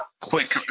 quick